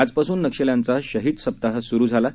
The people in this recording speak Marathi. आजपासून नक्षल्यांचा शहीद सप्ताह स्रु झाला आहे